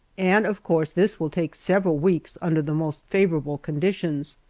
and of course this will take several weeks under the most favorable conditions.